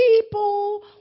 people